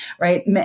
right